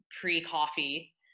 pre-coffee